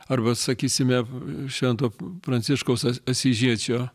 arba sakysime švento pranciškaus as asyžiečio